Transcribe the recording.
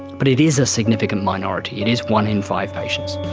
but it is a significant minority. it is one in five patients.